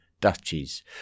duchies